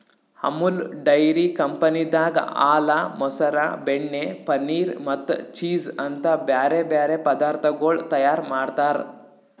Amul dairy ಕಂಪನಿದಾಗ್ ಹಾಲ, ಮೊಸರ, ಬೆಣ್ಣೆ, ಪನೀರ್ ಮತ್ತ ಚೀಸ್ ಅಂತ್ ಬ್ಯಾರೆ ಬ್ಯಾರೆ ಪದಾರ್ಥಗೊಳ್ ತೈಯಾರ್ ಮಾಡ್ತಾರ್